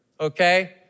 okay